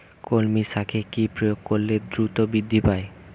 কলমি শাকে কি প্রয়োগ করলে দ্রুত বৃদ্ধি পায়?